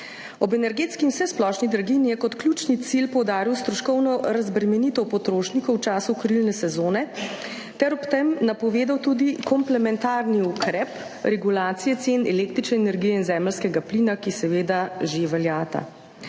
Ob energetskih in vsesplošni draginji je kot ključni cilj poudaril stroškovno razbremenitev potrošnikov v času kurilne sezone ter ob tem napovedal tudi komplementarni ukrep regulacije cen električne energije in zemeljskega plina, ki, seveda, že veljata.